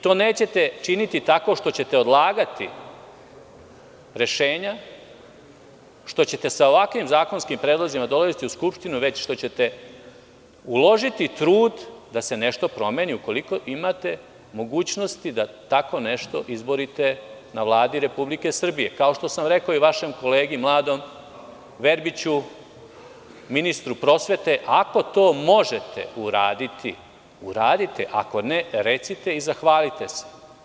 To nećete činiti tako što ćete odlagati rešenja, što ćete sa ovakvim zakonskim predlozima dolaziti u Skupštinu, već što ćete uložiti trud da se nešto promeni, ukoliko imate mogućnosti da tako nešto izborite na Vladi Republike Srbije, kao što sam i vašem mladom kolegi Verbiću rekao, ako to možete uraditi, uradite, ako ne, recite i zahvalite se.